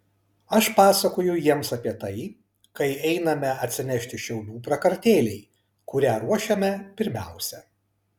aš pasakoju jiems apie tai kai einame atsinešti šiaudų prakartėlei kurią ruošiame pirmiausia